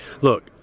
look